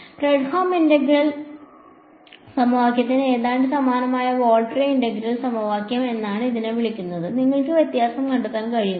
Fredholm integral സമവാക്യത്തിന് ഏതാണ്ട് സമാനമായ വോൾട്ടേറ ഇന്റഗ്രൽ സമവാക്യം എന്നാണ് ഇതിനെ വിളിക്കുന്നത് നിങ്ങൾക്ക് വ്യത്യാസം കണ്ടെത്താൻ കഴിയുമോ